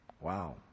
Wow